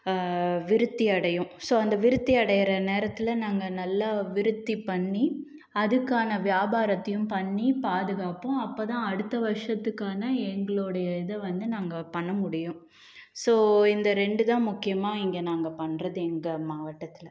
விருத்தி அடையும் ஸோ அந்த விருத்தி அடைகிற நேரத்தில் நாங்கள் நல்லா விருத்தி பண்ணி அதுக்கான வியாபாரத்தையும் பண்ணி பாதுகாப்போம் அப்போதான் அடுத்த வருஷத்துக்கான எங்களோடைய இதை வந்து நாங்கள் பண்ண முடியும் ஸோ இந்த ரெண்டு தான் முக்கியமாக இங்கே நாங்கள் பண்ணுறது எங்கள் மாவட்டத்தில்